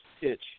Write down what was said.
pitch